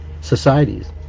societies